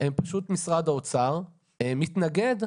פשוט משרד האוצר מתנגד.